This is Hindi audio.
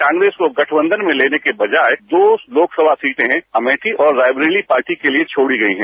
कांग्रेस को गठबंधन में लेने के बजाय दो लोकसभा सीटें अमेठी और रायबरेली पार्टी के लिए छोड़ी गई हैं